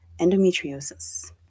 Endometriosis